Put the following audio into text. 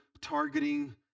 targeting